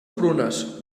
prunes